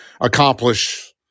accomplish